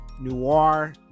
noir